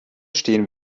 stehen